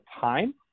time